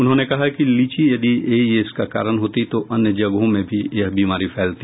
उन्होंने कहा कि लीची यदि एईएस का कारण होती तो अन्य जगहों में भी यह बीमारी फैलती